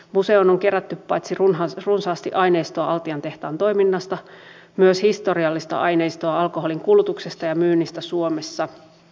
museoon on kerätty paitsi runsaasti aineistoa altian tehtaan toiminnasta myös historiallista aineistoa alkoholin kulutuksesta ja myynnistä suomessa